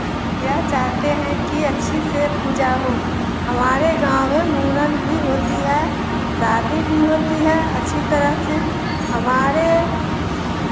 यह चाहते हैं कि अच्छे से पूजा हो हमारे गाँव में मुरन भी होती है शादी भी होती है अच्छी तरह से हमारे